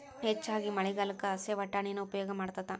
ಹೆಚ್ಚಾಗಿ ಮಳಿಗಾಲಕ್ಕ ಹಸೇ ವಟಾಣಿನ ಉಪಯೋಗ ಮಾಡತಾತ